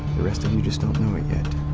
the rest of you just don't know it yet.